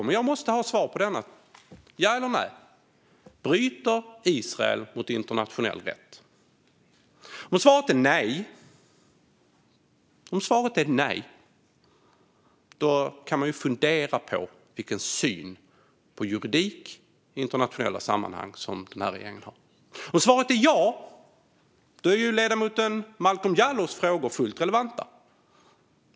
Jag har många frågor, men detta är en enkel fråga som jag måste ha svar på. Ja eller nej? Om svaret är nej kan man fundera på vilken syn regeringen har på juridik i internationella sammanhang. Om svaret är ja är ledamoten Malcolm Momodou Jallows frågor fullt relevanta.